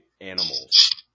animals